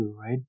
right